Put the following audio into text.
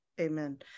Amen